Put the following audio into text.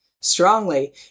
strongly